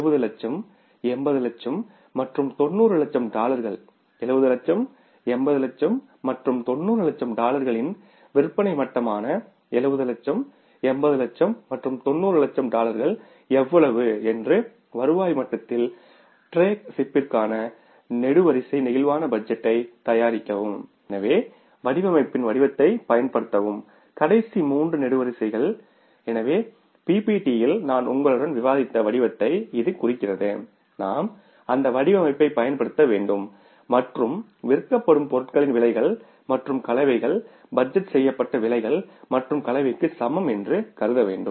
70 லட்சம் 80 லட்சம் மற்றும் 90 லட்சம் டாலர்கள் 70 லட்சம் 80 லட்சம் மற்றும் 90 லட்சம் டாலர்களின் விற்பனை மட்டமான 70 லட்சம் 80 லட்சம் மற்றும் 90 லட்சம் டாலர்கள் எவ்வளவு என்று வருவாய் மட்டத்தில் டிரேக் ஷிப்பிங்கிற்கான நெடுவரிசை பிளேக்சிபிள் பட்ஜெட் டைத் தயாரிக்கவும் எனவே வடிவமைப்பின் வடிவத்தைப் பயன்படுத்தவும் கடைசி மூன்று நெடுவரிசைகள் எனவே பிபிடி யில் நான் உங்களுடன் விவாதித்த வடிவத்தை இது குறிக்கிறது நாம் அந்த வடிவமைப்பைப் பயன்படுத்த வேண்டும் மற்றும் விற்கப்படும் பொருட்களின் விலைகள் மற்றும் கலவைகள் பட்ஜெட் செய்யப்பட்ட விலைகள் மற்றும் கலவைக்கு சமம் என்று கருத வேண்டும்